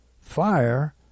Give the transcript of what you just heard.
fire